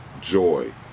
joy